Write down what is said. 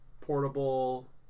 portable